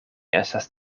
estas